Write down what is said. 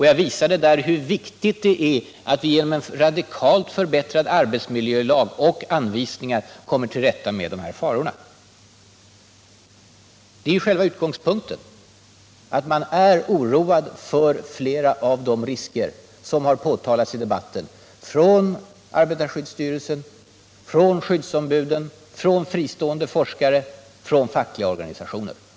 Jag visade också hur viktigt det är att vi genom en radikalt förbättrad arbetsmiljölag och förbättrade anvisningar kommer till rätta med dessa faror. Det är själva utgångspunkten att man är oroad för flera av de risker som i debatten har påtalats av arbetarskyddsstyrelsen, skyddsombuden, fristående forskare, fackliga organisationer och andra.